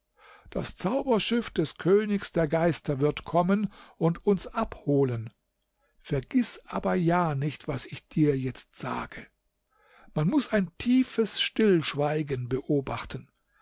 das zauberschiff des königs der geister wird kommen und uns abholen vergiß aber ja nicht was ich dir jetzt sage man muß ein tiefes stillschweigen beobachten